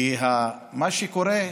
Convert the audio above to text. כי מה שקורה,